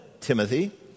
Timothy